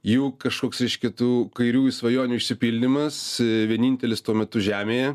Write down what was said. jų kažkoks reiškia tų kairiųjų svajonių išsipildymas vienintelis tuo metu žemėje